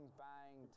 bang